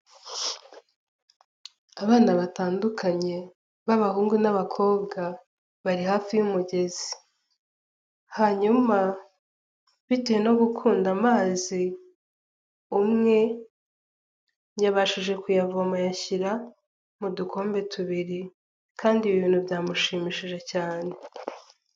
Abana batandukanye b'abahungu n'abakobwa bari hafi y'umugezi hanyuma bitewe no gukunda amazi umwe yabashije kuyavoma ayashyira mu dukombe tubiri kandi ibi bintu byamushimishije cyane.